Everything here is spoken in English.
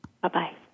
Bye-bye